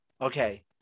okay